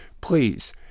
Please